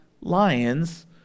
lions